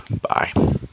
Bye